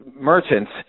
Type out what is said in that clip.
merchants